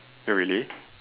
really